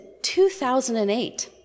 2008